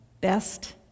best